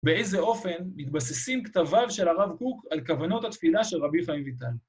באיזה אופן מתבססים כתביו של הרב קוק על כוונות התפילה של רבי חיים ויטל.